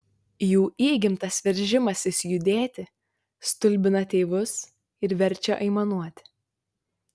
jų įgimtas veržimasis judėti stulbina tėvus ir verčia aimanuoti